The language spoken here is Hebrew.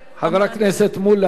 חבר הכנסת מולה,